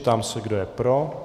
Ptám se, kdo je pro.